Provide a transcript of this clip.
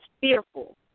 fearful